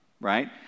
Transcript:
right